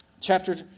Chapter